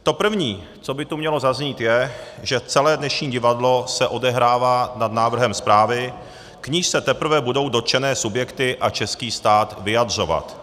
To první, co by tu mělo zaznít, je, že celé dnešní divadlo se odehrává nad návrhem zprávy, k níž se teprve budou dotčené subjekty a český stát vyjadřovat.